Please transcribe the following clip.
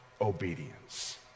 obedience